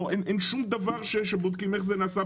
לא בודקים איך זה נעשה.